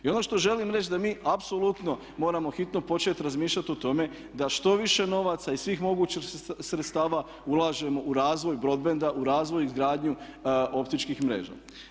I ono što želim reći da mi apsolutno moramo hitno početi razmišljati o tome da što više novaca iz svih mogućih sredstava ulažemo u razvoj broadbenda, u razvoj i izgradnju optičkih mreža.